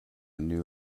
new